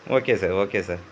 okay sir okay sir